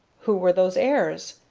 who were those heirs?